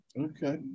Okay